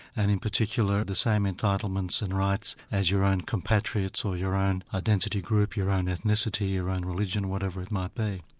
and in particular, the same entitlements and rights as your own compatriots or your own identity group, your own ethnicity, your own religion, whatever it might be.